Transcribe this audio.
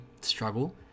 struggle